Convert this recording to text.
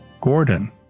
Gordon